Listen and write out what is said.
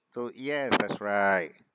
so yes that's right